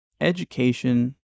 education